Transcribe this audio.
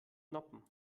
noppen